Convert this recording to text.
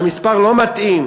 המספר לא מתאים.